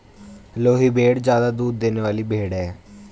लोही भेड़ ज्यादा दूध देने वाली भेड़ है